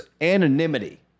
anonymity